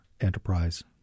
enterprise